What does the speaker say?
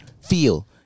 feel